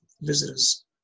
visitors